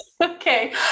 Okay